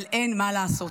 אבל אין מה לעשות.